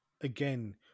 again